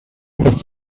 his